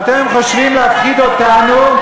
ואתם חושבים להפחיד אותנו,